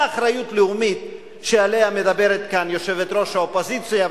אותה אחריות לאומית שעליה מדברת כאן יושבת-ראש האופוזיציה,